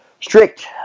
strict